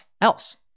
else